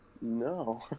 No